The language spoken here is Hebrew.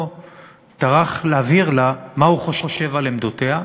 טרח להבהיר לה מה הוא חושב על עמדותיה,